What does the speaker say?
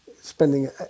spending